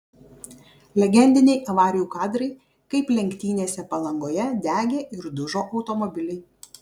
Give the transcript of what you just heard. legendiniai avarijų kadrai kaip lenktynėse palangoje degė ir dužo automobiliai